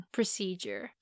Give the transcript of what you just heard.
Procedure